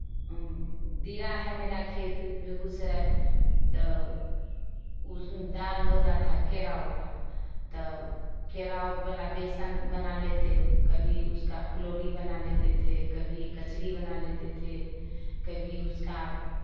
दिरा है मेरा खेत बेगूसराय तो उसमें दाल होता था केराउ वाला तो केराउ वाला बेसन बना लेते कभी उसका फुलौरी बना लेते थे कभी कचरी बना लेते थे कभी उसका